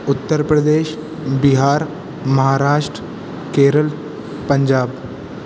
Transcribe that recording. Uttar Pradesh Bihar Maharashtra Kerala Punjab